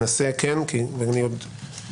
נגיד את זה ככה ונפרט כשנקרא את הנוסח.